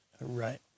right